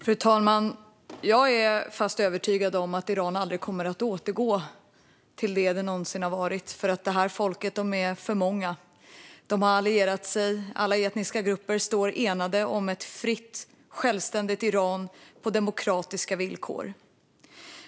Fru talman! Jag är fast övertygad om att Iran aldrig kommer att återgå till det som det har varit. Människorna är för många, och de har enat sig. Alla etniska grupper står enade för ett fritt, självständigt Iran på demokratiska villkor.